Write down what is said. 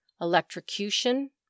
electrocution